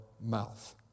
mouth